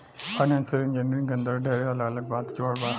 financial engineering के अंदर ढेरे अलग अलग बात जुड़ल बा